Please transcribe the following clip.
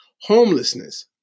Homelessness